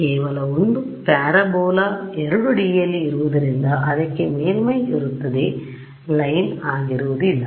ಕೇವಲ ಒಂದು ಪ್ಯಾರಾಬೋಲಾ 2Dಡಿ ಯಲ್ಲಿ ಇರುವುದರಿಂದ ಅದಕ್ಕೆ ಮೇಲ್ಮೈ ಇರುತ್ತದೆ ಲೈನ್ ಆಗಿರುವುದಿಲ್ಲ